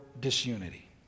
disunity